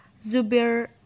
Zubir